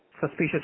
Suspicious